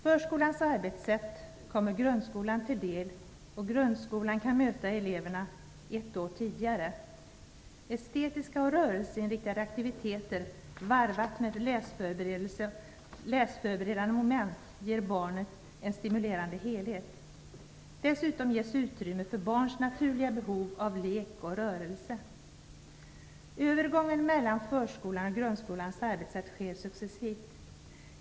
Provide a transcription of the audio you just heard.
Förskolans arbetssätt kommer grundskolan till del, och grundskolan kan möta eleverna ett år tidigare. Estetiska och rörelseinriktade aktiviteter varvade med läsförberedande moment ger barnen en stimulerande helhet. Dessutom ges utrymme för barns naturliga behov av lek och rörelse. Övergången mellan förskolans och grundskolans arbetssätt sker successivt.